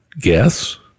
guess